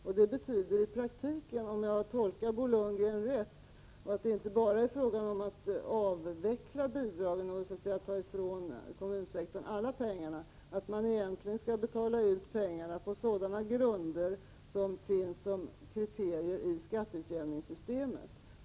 Om jag tolkar Bo Lundgren rätt är det i praktiken inte bara fråga om att avveckla bidragen och ta ifrån kommunsektorn alla pengar, utan man skall betala ut pengarna på grunder som utgör kriterier i skatteutjämningssystemet.